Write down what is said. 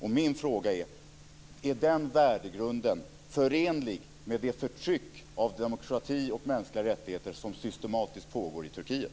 Min fråga är: Är den värdegrunden förenlig med det förtryck av demokrati och mänskliga rättigheter som systematiskt pågår i Turkiet?